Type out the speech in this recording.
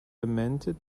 lamented